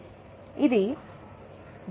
agency సిద్ధాంతంలో చాలా పరిశోధనలు జరిగాయి